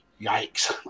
Yikes